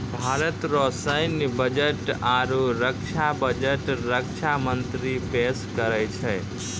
भारत रो सैन्य बजट आरू रक्षा बजट रक्षा मंत्री पेस करै छै